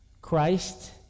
Christ